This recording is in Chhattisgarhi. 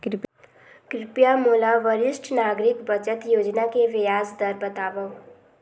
कृपया मोला वरिष्ठ नागरिक बचत योजना के ब्याज दर बतावव